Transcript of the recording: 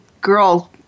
girl